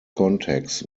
contacts